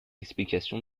explication